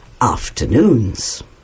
afternoons